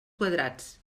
quadrats